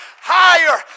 higher